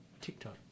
TikTok